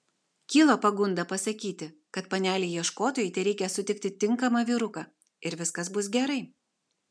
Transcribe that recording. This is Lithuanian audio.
kyla pagunda pasakyti kad panelei ieškotojai tereikia sutikti tinkamą vyruką ir viskas bus gerai